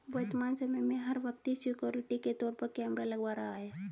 वर्तमान समय में, हर व्यक्ति सिक्योरिटी के तौर पर कैमरा लगवा रहा है